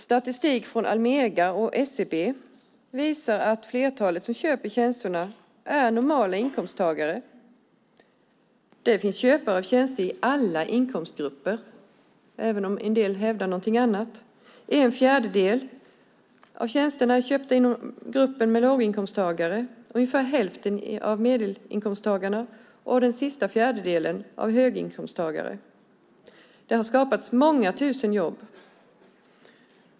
Statistik från Almega och SCB visar att flertalet som köper tjänsterna är normalinkomsttagare. Det finns köpare av tjänster i alla inkomstgrupper, även om en del hävdar någonting annat. En fjärdedel av tjänsterna är köpta inom gruppen låginkomsttagare. Ungefär hälften av tjänsterna är köpta av medelinkomsttagarna. Och den sista fjärdedelen är köpt av höginkomsttagare. Det har skapats många tusen jobb.